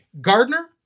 Gardner